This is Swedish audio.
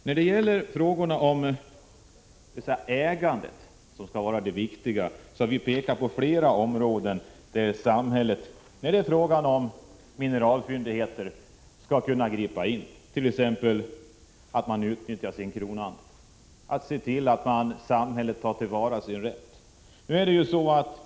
När det gäller de mycket viktiga frågorna om ägandet har vi pekat på flera områden där samhället borde kunna gripa in och vidta åtgärder. Samhället måste utnyttja sin rätt i fråga om nya mineralfyndigheter.